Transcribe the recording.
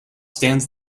stands